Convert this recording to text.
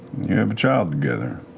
you have a child together.